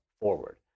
forward